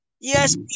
Yes